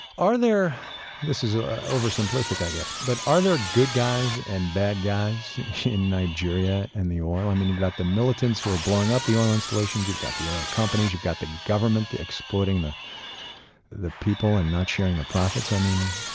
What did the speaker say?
are there this is ah over simplistic, i guess but are there good guys and bad guys in nigeria in and the oil? i mean, you've got the militants who are blowing up the oil installations, you've got the oil companies, you've got the government exploiting the the people and not sharing the profits. i mean,